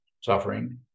suffering